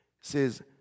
Says